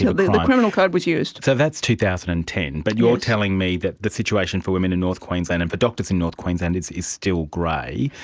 you know the the criminal code was used. so that's two thousand and ten. but you're telling me that the situation for women in north queensland and for doctors in north queensland is still grey.